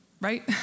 right